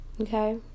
Okay